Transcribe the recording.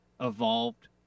evolved